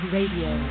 Radio